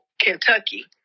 Kentucky